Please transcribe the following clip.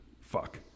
fuck